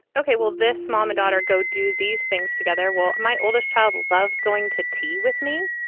ok, well, this mom and daughter go do these things together. well, my oldest child loves going to tea with me.